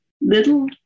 little